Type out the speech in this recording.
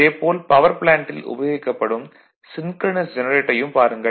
அதே போல் பவர் ப்ளேன்ட்டில் உபயோகிக்கப்படும் சின்க்ரனஸ் ஜெனரேட்டரையும் பாருங்கள்